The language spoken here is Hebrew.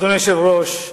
אדוני היושב-ראש,